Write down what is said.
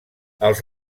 els